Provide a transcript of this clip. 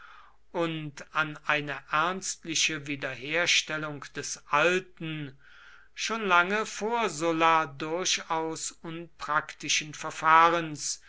und an eine ernstliche wiederherstellung des alten schon lange vor sulla durchaus unpraktischen verfahrens